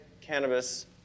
cannabis